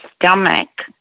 stomach